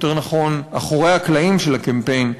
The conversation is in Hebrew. יותר נכון אחורי הקלעים של הקמפיין,